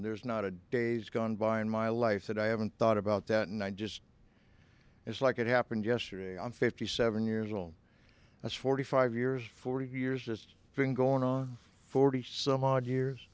old there's not a days gone by in my life that i haven't thought about that and i just it's like it happened yesterday i'm fifty seven years old that's forty five years forty years it's been going on forty some odd years